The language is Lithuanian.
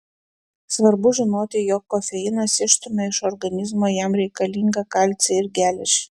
svarbu žinoti jog kofeinas išstumia iš organizmo jam reikalingą kalcį ir geležį